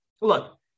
look